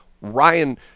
Ryan